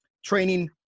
training